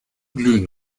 glühen